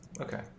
Okay